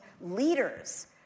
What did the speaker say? leaders